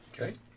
Okay